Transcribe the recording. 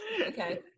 Okay